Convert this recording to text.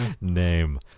name